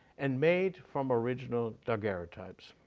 and made from original daguerreotypes.